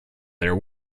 their